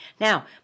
Now